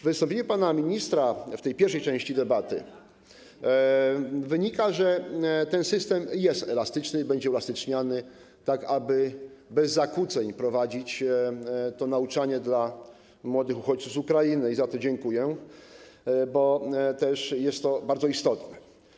Z wystąpienia pana ministra w pierwszej części debaty wynika, że ten system jest elastyczny, będzie uelastyczniany, tak aby bez zakłóceń prowadzić to nauczanie dla młodych uchodźców z Ukrainy i za to dziękuję, bo jest to bardzo istotne.